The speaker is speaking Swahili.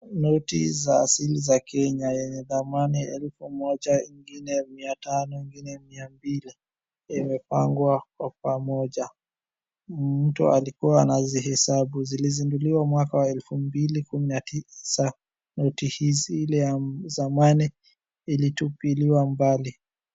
Noti za asili za Kenya yenye thamani elfu moja, nyingine mia tano, nyingine mia mbili imepangwa kwa pamoja. Mtu alikuwa anazihesabu. Zilizinduliwa mwaka wa elfu mbili kumi na tisa. Noti hizi ile ya zamani ilitupiliwa mbali.